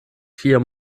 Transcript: vier